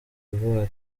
ivoire